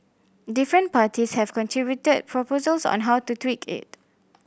different parties have contributed proposals on how to tweak it